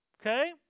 okay